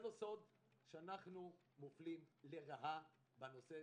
לא סוד שאנו מופלים לרעה בנושא